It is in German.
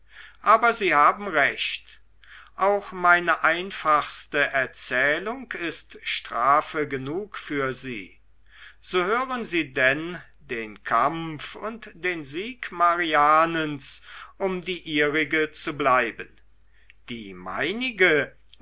aber sie haben recht auch meine einfachste erzählung ist strafe genug für sie so hören sie denn den kampf und den sieg marianens um die ihrige zu bleiben die meinige